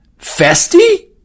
Festy